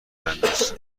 بنداز